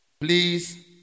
please